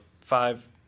five